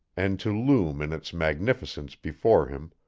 and to loom in its magnificence before him,